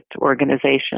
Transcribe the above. organization